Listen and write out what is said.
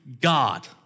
God